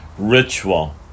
Ritual